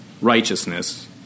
righteousness